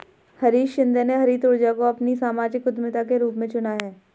हरीश शिंदे ने हरित ऊर्जा को अपनी सामाजिक उद्यमिता के रूप में चुना है